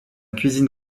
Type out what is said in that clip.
cuisine